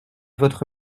votre